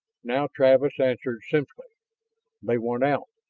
now travis answered simply they want out.